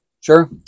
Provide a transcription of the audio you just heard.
Sure